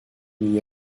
n’y